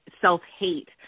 self-hate